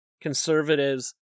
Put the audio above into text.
conservatives